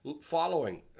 following